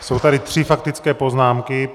Jsou tady tři faktické poznámky.